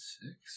six